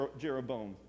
Jeroboam